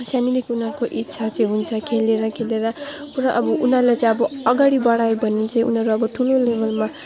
सानैदेखि उनीहरूको इच्छा चाहिँ हुन्छ खेलेर खेलेर पुरा अब उनीहरूलाई चाहिँ अब अगाडि बढायो भने चाहिँ उनीहरू अब ठुलो लेभलमा